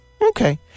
Okay